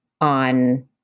on